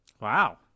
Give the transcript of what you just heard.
Wow